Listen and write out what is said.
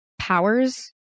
powers